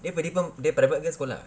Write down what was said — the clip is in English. dia pergi pun dia private ke sekolah